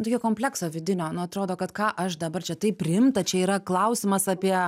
tokio komplekso vidinio nu atrodo kad ką aš dabar čia taip rimta čia yra klausimas apie